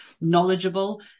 knowledgeable